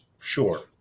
Sure